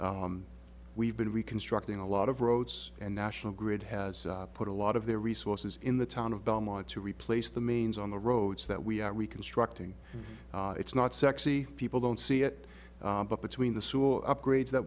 we've been reconstructing a lot of roads and national grid has put a lot of their resources in the town of belmont to replace the mains on the roads that we have reconstructing it's not sexy people don't see it but between the upgrades that